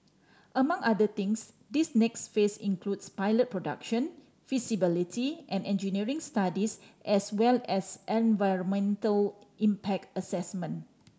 among other things this next phase includes pilot production feasibility and engineering studies as well as environmental impact assessment